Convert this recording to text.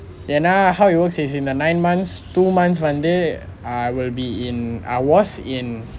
ஏனா:aenaa err how it works is in the nine months two months வந்து:vanthu I will be in I was in